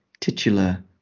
titular